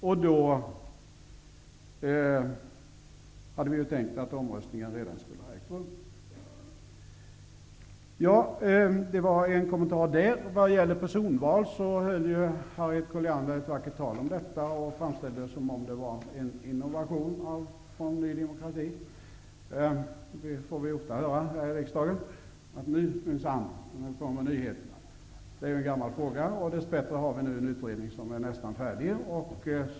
Och då hade vi ju tänkt att omröstningen redan skulle ha ägt rum. Harriet Colliander höll ett vackert tal om personval och framställde det som om det var en innovation från Ny demokrati. Vi får ofta höra här i riksdagen att Ny demokrati minsann kommer med nyheter. Frågan om personval är en gammal fråga. Dess bättre finns det en utredning som nästan är färdig.